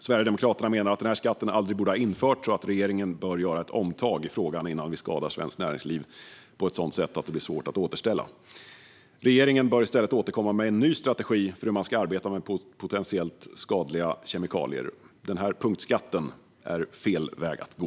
Sverigedemokraterna menar att skatten aldrig borde ha införts och att regeringen bör göra ett omtag i frågan innan vi skadar svenskt näringsliv på ett sådant sätt att det blir svårt att återställa. Regeringen bör i stället återkomma med en ny strategi för hur man ska arbeta mot potentiellt skadliga kemikalier. Denna punktskatt är fel väg att gå.